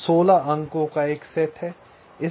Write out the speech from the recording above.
16 अंकों का एक सेट है